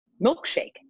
milkshake